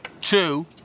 Two